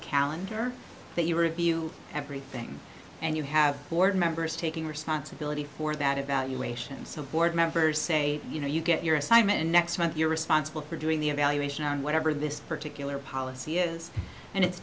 calendar that you are a view everything and you have board members taking responsibility for that evaluation so board members say you know you get your assignment and next month you're responsible for doing the evaluation and whatever this particular policy is and it's